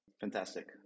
Fantastic